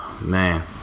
man